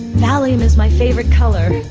valium is my favourite colour.